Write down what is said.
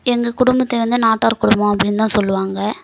எங்கள் குடும்பத்தை வந்து நாட்டார் குடும்பம் அப்படின்னு தான் சொல்லுவாங்க